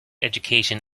education